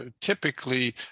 typically